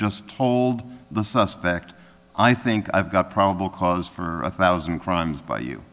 just told the suspect i think i've got probable cause for a thousand crimes by you